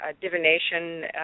divination